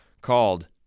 called